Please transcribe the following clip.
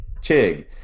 Chig